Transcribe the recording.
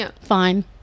fine